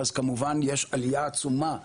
אז כמובן שיש עלייה עצומה במחקרים,